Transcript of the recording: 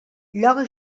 lloga